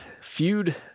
feud